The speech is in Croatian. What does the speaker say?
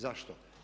Zašto?